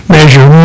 Measure